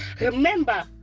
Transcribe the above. Remember